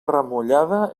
remullada